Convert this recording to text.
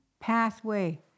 pathway